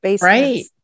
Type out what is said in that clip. right